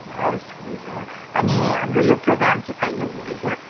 हवस् हुन्छ अनि हाम्रो यो प्रोग्राम चाहिँ कहिले हुने रहेछ